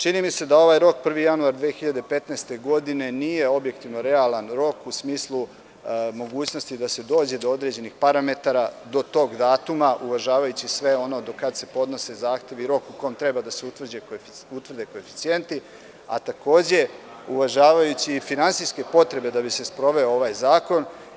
Čini mi se da ovaj rok 1. januar 2015. godine nije objektivno realan rok, u smislu mogućnosti da se dođe do određenih parametara do tog datuma, uvažavajući sve ono - do kad se podnose zahtevi, rok u kom treba da se utvrde koeficijenti, a takođe uvažavajući i finansijske potrebe da bi se sproveo ovaj zakon.